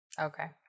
Okay